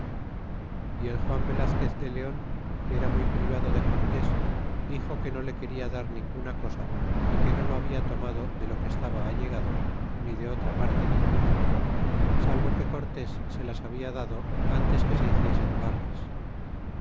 y el juan velazquez de leoa que era muy privado de cortés dixo que no le quena dar ninguna cosa y que no lo hahia tomado de lo que estaba allegado ni de otra parte ninguna salvo que cortés se las ibabia dado antes que se hiciesen barras